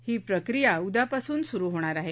ही प्रक्रिया उद्यापासून स्रु होणार आहे